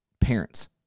parents